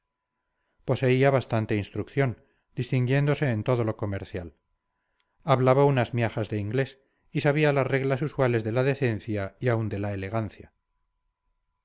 poseía bastante instrucción distinguiéndose en todo lo comercial hablaba unas miajas de inglés y sabía las reglas usuales de la decencia y aun de la elegancia